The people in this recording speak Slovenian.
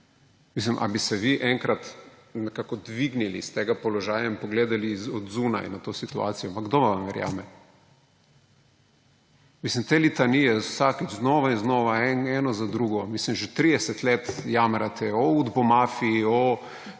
Ali bi se vi enkrat nekako dvignili s tega položaja in pogledali od zunaj na to situacijo? Pa kdo vam verjame? Te litanije vsakič znova in znova, eno za drugo. Že 30 let jamrate o udbomafiji, o